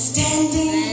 Standing